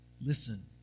Listen